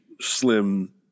slim